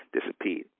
disappeared